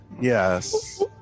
Yes